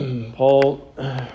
Paul